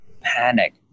panic